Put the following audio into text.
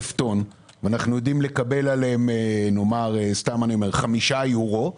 טון ואנחנו יודעים לקבל עליהם 5 אירו,